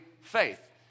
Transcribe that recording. faith